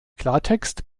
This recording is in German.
klartext